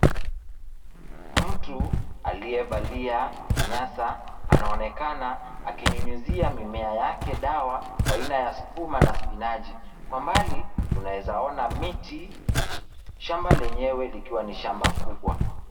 Mtu aliyevalia kinyasa anaonekana akinyunyuzia mimea yake dawa, aina ya sukuma na spinachi , kwa mbali tunaweza ona miti, shamba lenyewe likiwa ni shamba kubwa.